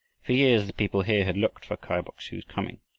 for years the people here had looked for kai bok-su's coming,